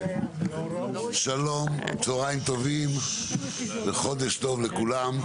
שלום, צהריים טובים וחודש טוב לכולם.